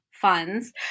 funds